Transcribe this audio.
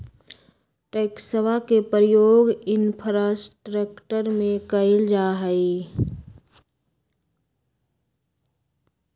टैक्सवा के प्रयोग इंफ्रास्ट्रक्टर में कइल जाहई